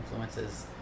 influences